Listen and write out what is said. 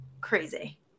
crazy